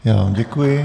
Já vám děkuji.